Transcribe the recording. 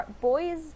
boys